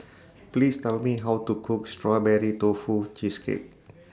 Please Tell Me How to Cook Strawberry Tofu Cheesecake